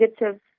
negative